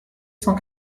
cent